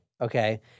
okay